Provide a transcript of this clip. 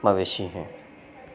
مویشی ہیں